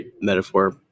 metaphor